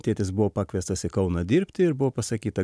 tėtis buvo pakviestas į kauną dirbti ir buvo pasakyta